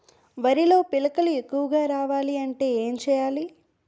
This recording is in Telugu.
వరిలో పిలకలు ఎక్కువుగా రావాలి అంటే ఏంటి చేయాలి?